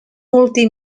multi